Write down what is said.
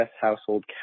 household